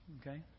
okay